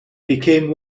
became